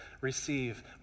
receive